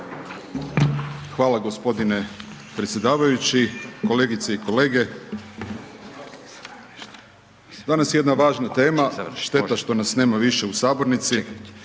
Hvala g. predsjedavajući, kolegice i kolege. Danas je jedna važna tema, šteta što nas nema više u sabornici,